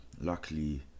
luckily